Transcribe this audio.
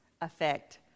effect